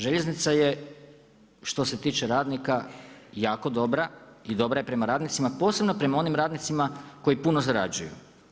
Željeznica je što se tiče radnika jako dobra i dobra je prema radnicima, posebno prema onim radnicima koji puno zarađuju.